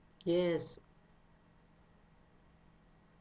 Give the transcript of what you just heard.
yes